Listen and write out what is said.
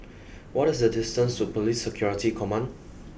what is the distance to Police Security Command